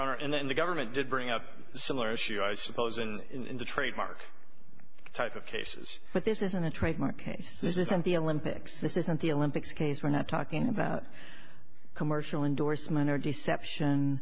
honor and then the government did bring up a similar issue i suppose in the trademark type of cases but this isn't a trade this isn't the olympics this isn't the olympics case we're not talking about commercial endorsement or deception